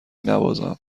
نوازم